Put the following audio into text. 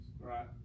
Right